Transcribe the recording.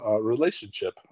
relationship